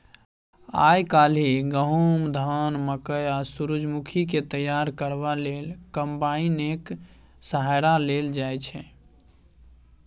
आइ काल्हि गहुम, धान, मकय आ सूरजमुखीकेँ तैयार करबा लेल कंबाइनेक सहारा लेल जाइ छै